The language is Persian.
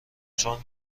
چون